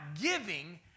giving